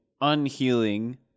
unhealing